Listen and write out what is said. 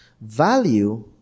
value